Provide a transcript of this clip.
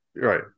Right